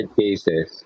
cases